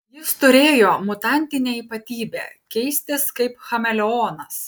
jis turėjo mutantinę ypatybę keistis kaip chameleonas